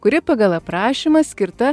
kuri pagal aprašymą skirta